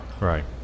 right